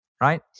right